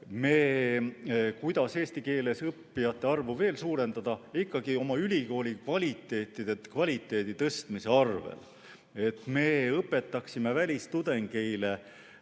Kuidas eesti keeles õppijate arvu suurendada? Ikkagi oma ülikooli kvaliteedi tõstmise abil, et me õpetaksime välistudengeile